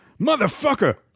Motherfucker